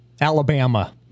Alabama